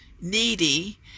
needy